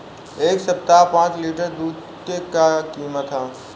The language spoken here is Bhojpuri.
एह सप्ताह पाँच लीटर दुध के का किमत ह?